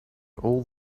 all